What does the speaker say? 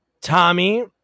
Tommy